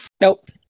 Nope